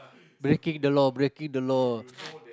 breaking the law breaking the law